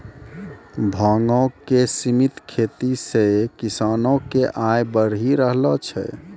भांगो के सिमित खेती से किसानो के आय बढ़ी रहलो छै